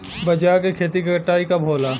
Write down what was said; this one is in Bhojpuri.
बजरा के खेती के कटाई कब होला?